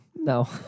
No